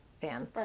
fan